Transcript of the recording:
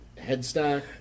headstock